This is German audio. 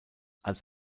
als